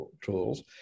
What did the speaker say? tools